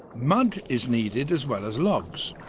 mud is needed as well as logs.